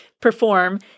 perform